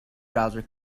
browser